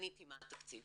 עניתי מה התקציב.